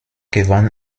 gewann